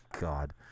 God